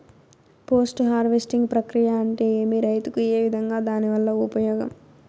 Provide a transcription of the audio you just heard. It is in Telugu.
పోస్ట్ హార్వెస్టింగ్ ప్రక్రియ అంటే ఏమి? రైతుకు ఏ విధంగా దాని వల్ల ఉపయోగం?